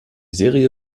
serie